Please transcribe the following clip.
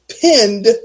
pinned